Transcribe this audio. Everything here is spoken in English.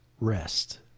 rest